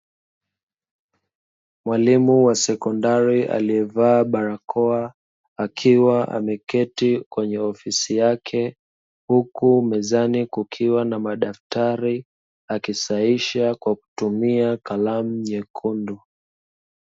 Mwalimu wa sekondari aliyevaa barakoa, akiwa ameketi kwenye ofisi yake, huku mezani kukiwa na madaftari, akisahisha kwa kutumia kalamu nyekundu.